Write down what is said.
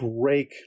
break